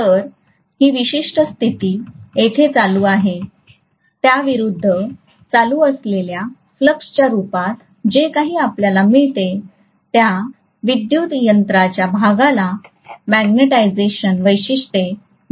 तर ही विशिष्ट स्थिती येथे चालू आहे त्या विरूद्ध चालू असलेल्या प्लक्सच्या रूपात जे काही आपल्याला मिळते त्या विद्युत यंत्राच्या भागाला मॅग्निटायझेशन वैशिष्ट्ये म्हणून ओळखले जाते